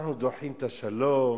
אנחנו דוחים את השלום,